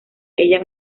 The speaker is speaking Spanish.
ella